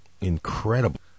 incredible